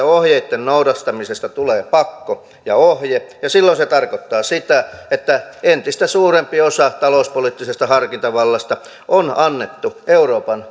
ohjeitten noudattamisesta tulee pakko ja ohje ja silloin se tarkoittaa sitä että entistä suurempi osa talouspoliittisesta harkintavallasta on annettu euroopan